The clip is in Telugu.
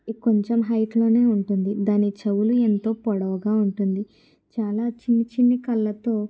అది కొంచెం హైట్లో ఉంటుంది దాని చెవులు ఎంతో పొడవుగా ఉంటుంది చాలా చిన్న చిన్న కళ్ళతో